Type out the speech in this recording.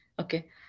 Okay